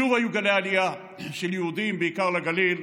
שוב היו גלי עלייה של יהודים, בעיקר לגליל,